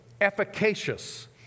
efficacious